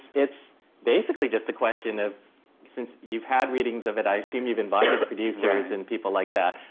it's basically just a question, ah since you've had readings of it, i assume you've invited producers and people like that.